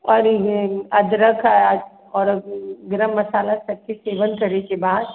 आओर एहिमे अदरक आओर गरममसाला सभके सेवन करैके बाद